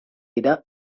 dira